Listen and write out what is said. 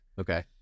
Okay